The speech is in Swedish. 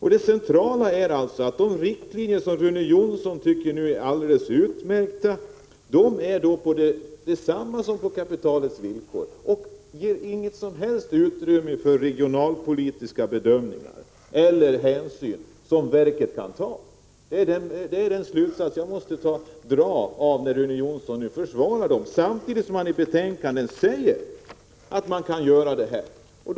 Det centrala är att de riktlinjer som Rune Jonsson tycker är alldeles utmärkta är desamma som gäller för kapitalets villkor. De ger inget som helst utrymme för regionalpolitiska bedömningar och hänsyn från domänverkets sida. Det är den slutsats jag måste dra när Rune Jonsson försvarar domänverket, samtidigt som han i betänkandet säger att verket kan ta sociala hänsyn.